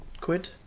quid